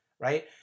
right